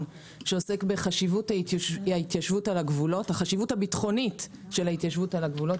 שעוסק בחשיבות הביטחונית של ההתיישבות על הגבולות.